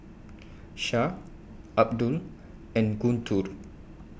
Syah Abdul and Guntur